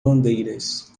bandeiras